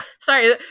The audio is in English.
sorry